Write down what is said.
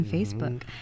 Facebook